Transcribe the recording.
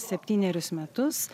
septynerius metus